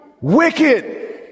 wicked